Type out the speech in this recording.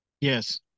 Yes